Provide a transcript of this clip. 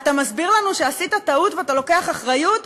אתה מסביר לנו שעשית טעות ואתה לוקח אחריות?